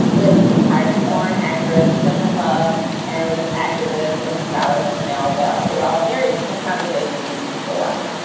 with retired porn actress cinnamon love and with activist and scholar jamal bell. they were all very interesting conversations and you can still watch them.